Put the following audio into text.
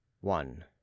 one